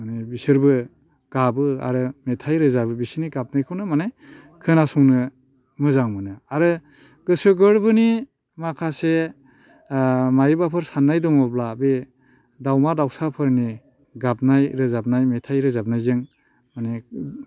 माने बिसोरबो गाबो आरो मेथाइ रोजाबो बिसोरनि गाबनायखौनो माने खोनासंनो मोजां मोनो आरो गोसो गोरबोनि माखासे ओ मायबाफोर साननाय दङब्ला बे दाउमा दाउसाफोरनि गाबनाय रोजाबनाय मेथाइ रोजाबनायजों माने